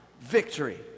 victory